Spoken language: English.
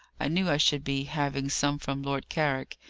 i knew i should be having some from lord carrick.